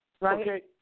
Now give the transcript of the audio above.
Right